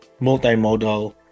multimodal